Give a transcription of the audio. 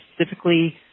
specifically